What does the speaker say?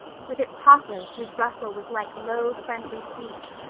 with its poplars whose rustle was like low, friendly speech,